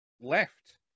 left